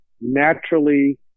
naturally